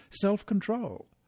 self-control